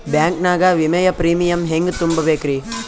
Bank ನಾಗ ವಿಮೆಯ premium ಹೆಂಗ್ ತುಂಬಾ ಬೇಕ್ರಿ?